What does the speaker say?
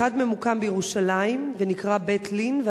האחד ממוקם בירושלים ונקרא "בית לין",